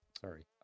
Sorry